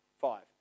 five